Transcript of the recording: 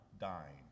dying